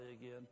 again